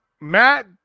Matt